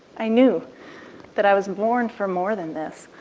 i knew that i was born for more than this.